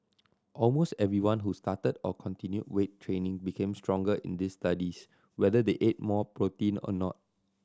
almost everyone who started or continued weight training became stronger in these studies whether they ate more protein or not